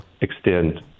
extend